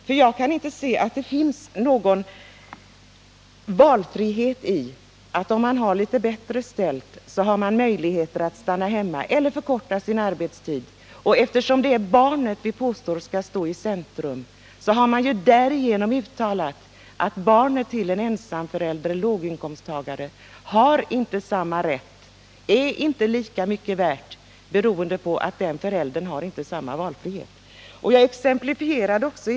Jag kan nämligen inte se att det finns någon valfrihet om bara den som har det bättre ställt har möjligheter att stanna hemma eller förkorta sin arbetstid. Vi påstår att det är barnet som skall stå i centrum, men om man stött den här lagstiftningen har man också instämt i uttalandet att barnet till en ensam förälder eller låginkomsttagare inte har samma rätt, inte är lika mycket värt — beroende på att den föräldern inte har samma valfrihet. Jag gav ett exempel på detta.